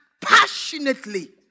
passionately